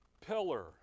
pillar